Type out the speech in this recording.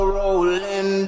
rolling